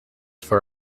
for